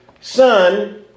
Son